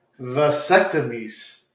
vasectomies